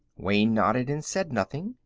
wayne nodded and said nothing.